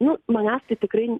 nu manęs tai tikrai